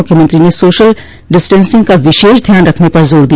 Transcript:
मख्यमंत्री ने social distancing का विशेष ध्यान रखने पर जोर दिया